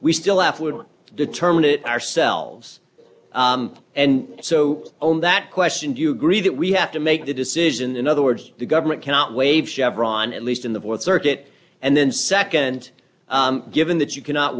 we still affluent determine it ourselves and so own that question do you agree that we have to make the decision in other words the government cannot waive chevron at least in the th circuit and then nd given that you cannot